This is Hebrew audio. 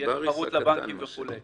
שתהיה תחרות לבנקים וכו'.